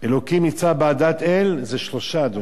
אלוקים נמצא בעדת אל, זה שלושה, אדוני.